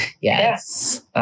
yes